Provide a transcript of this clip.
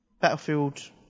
Battlefield